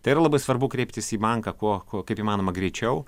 tai yra labai svarbu kreiptis į banką kuo kuo kaip įmanoma greičiau